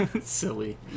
Silly